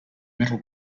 metal